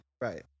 Right